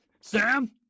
Sam